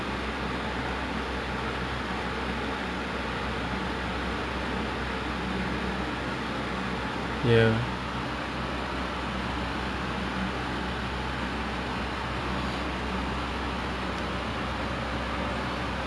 I want to buy ah like I don't mind macam we kumpul duit then we buy like macam expensive like Coach or [what] you know like something a bit more pricey like more quality kan then how ah or maybe I should ask them ah but I haven't like ask them you know